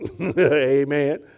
amen